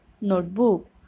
notebook